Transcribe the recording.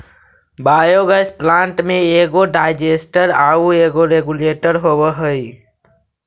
biogas plant में एगो digester आउ एगो रेगुलेटर होवऽ हई